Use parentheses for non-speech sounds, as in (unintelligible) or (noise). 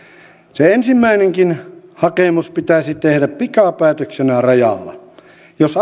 se ensimmäinenkin hakemus pitäisi tehdä pikapäätöksenä rajalla jos (unintelligible)